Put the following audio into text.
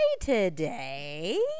today